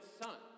son